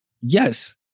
yes